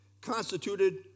constituted